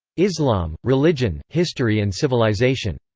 islam religion, history and civilization.